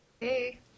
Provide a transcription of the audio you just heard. Hey